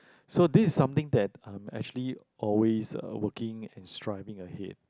so this is something that I'm actually always um working and striving ahead